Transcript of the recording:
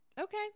Okay